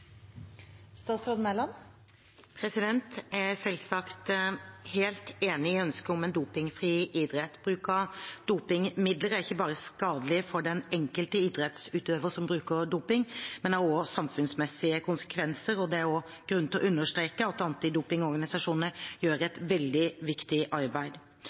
ikke bare skadelig for den enkelte idrettsutøver som bruker doping, men har også samfunnsmessige konsekvenser. Det er også grunn til å understreke at antidopingorganisasjonene gjør et veldig viktig arbeid.